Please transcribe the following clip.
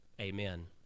Amen